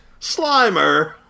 Slimer